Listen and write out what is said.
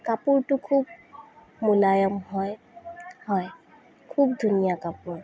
কাপোৰটো খুব মূলায়াম হয় হয় খুব ধুনীয়া কাপোৰ